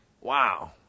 wow